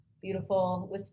beautiful